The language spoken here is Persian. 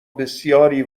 بسیاری